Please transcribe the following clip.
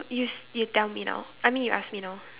you you tell me now I mean you ask me now